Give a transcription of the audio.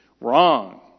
Wrong